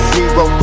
Zero